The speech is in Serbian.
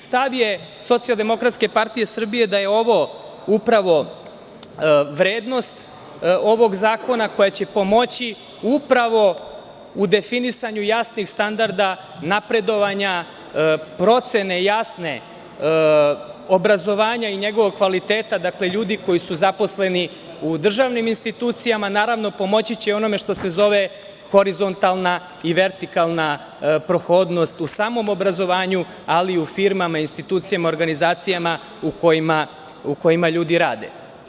Stav je SDPS da je ovo upravo vrednost ovog zakona, koja će pomoći u definisanju jasnih standarda, napredovanja procene jasne obrazovanja i njegovog kvaliteta, ljudi koji su zaposleni u državnim institucijama, pomoći će i u onome što se zove horizontalna i vertikalna prohodnost u samom obrazovanju, ali u firmama i institucijama i organizacijama u kojima ljudi rade.